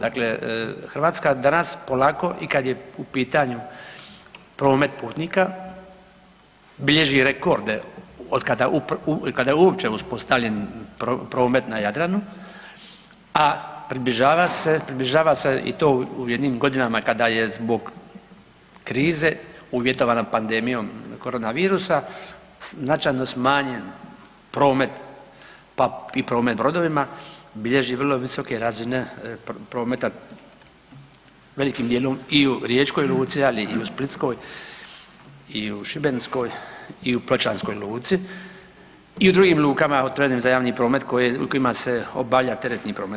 Dakle, Hrvatska danas polako i kad je u pitanju promet putnika bilježi rekorde otkada je uopće uspostavljen promet na Jadranu, a približava se i to u jednim godinama kada je zbog krize, uvjetovana pandemijom Corona virusa značajno smanjen promet, pa i promet brodovima, bilježi vrlo visoke razine prometa velikim dijelom i u riječkoj Luci, ali i u splitskoj i u šibenskoj i u pločanskoj Luci i u drugim lukama otvorenim za javni promet kojima se obavlja teretni promet.